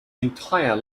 entire